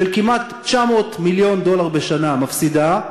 כמעט 900 מיליון דולר בשנה, מפסידה,